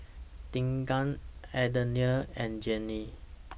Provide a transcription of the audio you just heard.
Deegan Adelia and Jenni